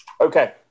Okay